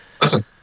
listen